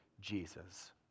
Jesus